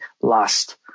last